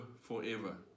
forever